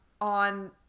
on